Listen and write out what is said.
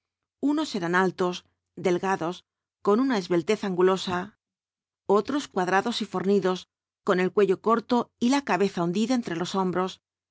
unos eran altos delgados con una esbeltez angulosa otros los cuatro jinbtbs del apocalipsis cuadrados y fornidos con el cuello corto y la cabeza hundida entre los hombros